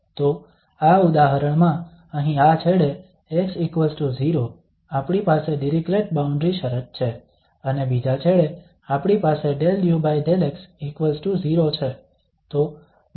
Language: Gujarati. તો આ ઉદાહરણમાં અહીં આ છેડે x0 આપણી પાસે ડિરીક્લેટ બાઉન્ડ્રી શરત છે અને બીજા છેડે આપણી પાસે 𝜕u𝜕x0 છે